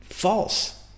false